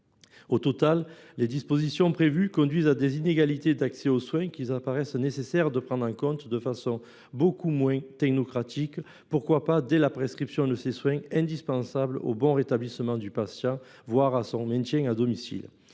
Au total, les dispositions prévues causent des inégalités d’accès aux soins qu’il apparaît nécessaire de prendre en considération de façon beaucoup moins technocratique, si possible dès la prescription de ces soins indispensables au bon rétablissement du patient, voire à son maintien à domicile.